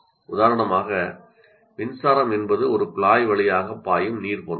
உதாரணமாக 'மின்சாரம் என்பது ஒரு குழாய் வழியாகப் பாயும் நீர் போன்றது